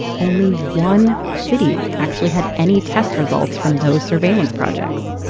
only one city actually had any test results from those surveillance projects